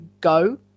go